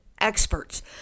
experts